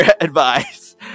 advice